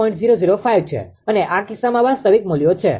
005 છે અને આ કિસ્સામાં વાસ્તવિક મૂલ્યો છે